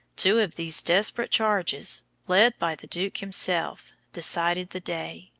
two of these desperate charges, led by the duke himself, decided the day.